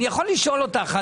אני יכול לשאול אותך,